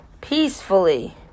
peacefully